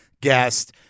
guest